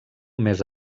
més